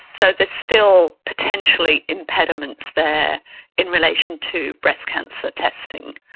so there's still potentially impediments there in relation to breast cancer testing.